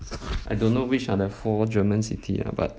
I don't know which are the four german city ah but